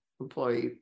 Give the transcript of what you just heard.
employee